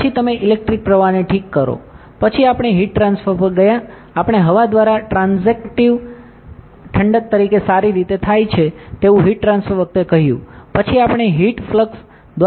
પછી તમે ઇલેક્ટ્રિક પ્રવાહને ઠીક કરો પછી આપણે હીટ ટ્રાન્સફર પર ગયા આપણે હવા દ્વારા ટ્રાન્ઝેક્ટિવ ઠંડક તરીકે સારી રીતે થાય છે તેવું હીટ ટ્રાન્સફર વખતે કહ્યું પછી આપણે હીટ ફ્લક્સ દ્વારા હીટ ટ્રાન્સફર ગુણાંક આપ્યો